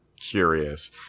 curious